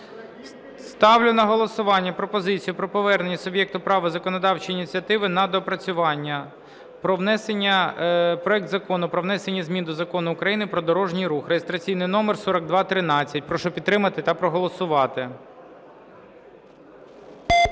Ставлю на голосування пропозицію про повернення суб'єкту права законодавчої ініціативи на доопрацювання проект Закону про внесення змін до Закону України "Про дорожній рух" (реєстраційний номер 4213). Прошу підтримати та проголосувати. 12:28:22